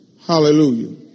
Hallelujah